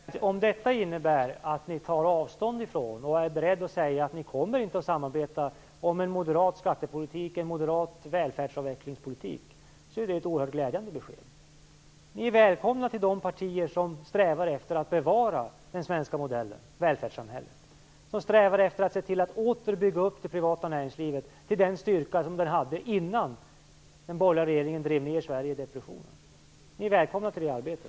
Fru talman! Om det innebär att ni tar avstånd från detta och är beredda att säga att ni inte kommer att samarbeta om en moderat skattepolitik och en moderat välfärdsavvecklingspolitik, är det ett oerhört glädjande besked. Ni är välkomna till de partier som strävar efter att bevara den svenska modellen och välfärdssamhället. Vi strävar efter att åter bygga upp det privata näringslivet till den styrka som det hade innan den borgerliga regeringen drev ned Sverige i depressionen. Ni är välkomna till det arbetet.